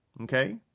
Okay